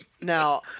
Now